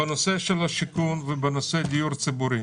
בנושא של השיכון ובנושא הדיור הציבורי